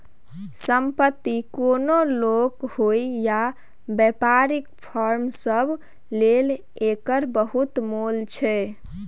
संपत्ति कोनो लोक होइ या बेपारीक फर्म सब लेल एकर बहुत मोल छै